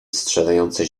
strzelające